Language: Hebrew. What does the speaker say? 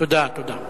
תודה, תודה.